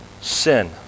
sin